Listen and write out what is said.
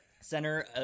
Center